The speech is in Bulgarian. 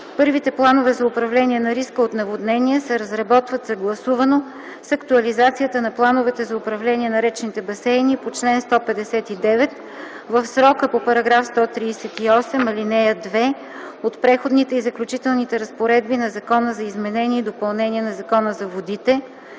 Първите планове за управление на риска от наводнения се разработват съгласувано с актуализацията на плановете за управление на речните басейни по чл. 159 в срока по § 138, ал. 2 от Преходните и заключителните разпоредби на Закона за изменение и допълнение на Закона за водите